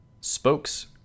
Spokes